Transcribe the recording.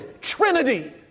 Trinity